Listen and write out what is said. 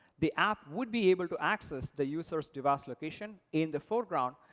the app would be able to access the user's device location in the foreground,